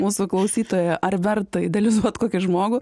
mūsų klausytoja ar verta idealizuot kokį žmogų